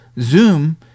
Zoom